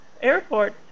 airport